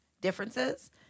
differences